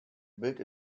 build